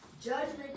judgment